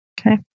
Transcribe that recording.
Okay